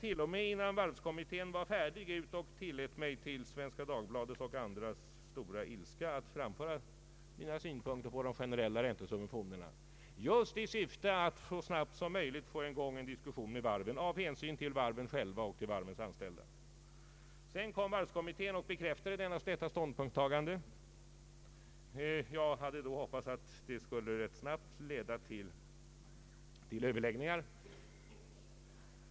Innan varvskommittén var färdig med sitt arbete gick jag t.o.m. ut och framförde mina synpunkter på de generella räntesubventionerna, till Svenska Dagbladets och andras förargelse, just i syfte att så snabbt som möjligt få i gång en diskussion med varven av hänsyn till dem själva och deras anställda. Varvskommittén bekräftade därefter mitt ståndpunktstagande, vilket jag hoppades snabbt skulle leda till överläggningar.